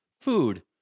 food